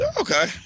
okay